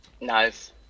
Nice